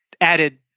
added